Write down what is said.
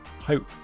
Hope